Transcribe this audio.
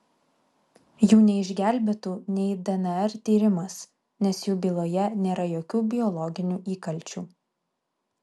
jų neišgelbėtų nei dnr tyrimas nes jų byloje nėra jokių biologinių įkalčių